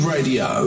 Radio